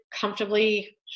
comfortably